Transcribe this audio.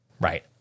Right